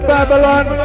Babylon